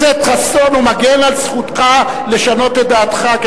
חבר הכנסת חסון, הוא מגן על זכותך לשנות את דעתך.